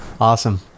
Awesome